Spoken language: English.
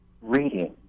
reading